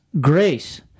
grace